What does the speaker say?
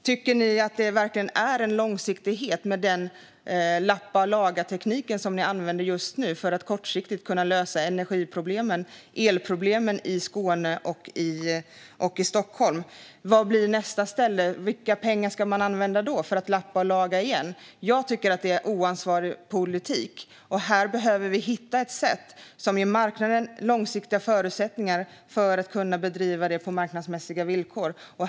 Tycker ni verkligen att det är en långsiktighet i den lappa-och-laga-teknik som ni nu använder för att kortsiktigt kunna lösa energiproblemen och elproblemen i Skåne och i Stockholm? Vad blir nästa ställe? Vilka pengar ska man använda då för att lappa och laga igen? Jag tycker att det är oansvarig politik. Här behöver vi hitta ett sätt som ger marknaden långsiktiga förutsättningar att bedriva detta på marknadsmässiga villkor.